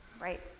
right